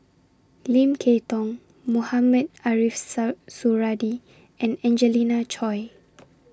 Lim Kay Tong Mohamed Ariff Suradi and Angelina Choy